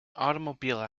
automobile